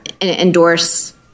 endorse